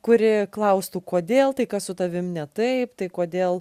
kuri klaustų kodėl tai kas su tavim ne taip tai kodėl